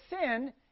sin